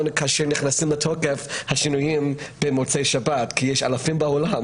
כאשר נכנסים לתוקף השינויים במוצאי שבת כי יש אלפים בעולם